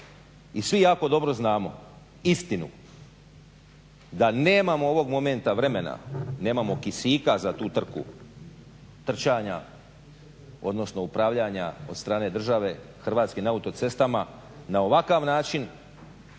I svi jako dobro znamo istinu da nemamo ovog momenta vremena, nemamo kisika za tu trku trčanja, odnosno upravljanja od strane države Hrvatskim autocestama na ovakav način.